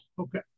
Okay